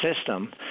system